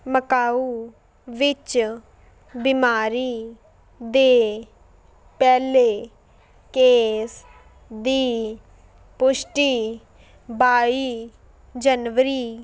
Macau ਵਿੱਚ ਬਿਮਾਰੀ ਦੇ ਪਹਿਲੇ ਕੇਸ ਦੀ ਪੁਸ਼ਟੀ ਬਾਈ ਜਨਵਰੀ